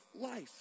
life